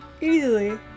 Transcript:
easily